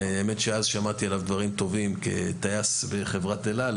האמת היא שאז שמעתי עליו דברים טובים כטייס בחברת אל-על,